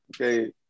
okay